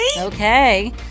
okay